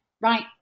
right